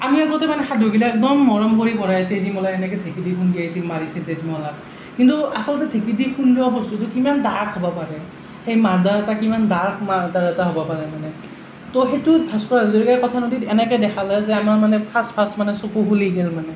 আমি আগতে মানে সাধুবিলাক একদম মৰম কৰি পঢ়া তেজিমলাই এনেকৈ ঢেঁকী দি খুন্দিয়াইছিল মাৰিছিল তেজিমলাক কিন্তু আচলতে ঢেঁকী দি খুন্দৱা বস্তুটো কিমান ডাৰ্ক হ'ব পাৰে সেই মাৰ্ডাৰ এটা কিমান ডাৰ্ক মাৰ্ডাৰ এটা হ'ব পাৰে মানে তো সেইটোত ভাস্কৰ হাজৰিকাই কথানদীত এনেকৈ দেখালে যে আমাৰ মানে ফাষ্ট ফাষ্ট মানে চকু খুলি গ'ল মানে